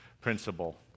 principle